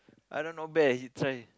Adam not bad he try